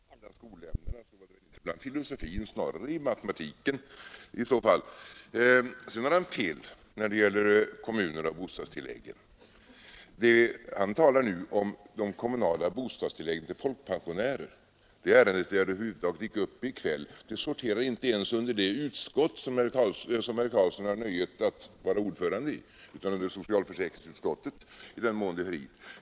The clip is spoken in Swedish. Herr talman! Nu har herr Karlsson i Huskvarna fel igen på några punkter. Om herr Karlsson nödvändigt skall rangera in mitt anförande bland skolämnena så hör det inte hemma inom filosofin utan snarare inom matematiken. Sedan har han fel när det gäller kommunerna och bostadstilläggen. Han talar nu om de kommunala bostadstilläggen till folkpensionärer. Det ärendet är över huvud taget inte uppe i kväll. Det sorterar inte ens under det utskott som herr Karlsson har nöjet att vara ordförande i utan under socialförsäkringsutskottet.